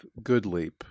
Goodleap